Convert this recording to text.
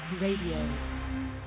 Radio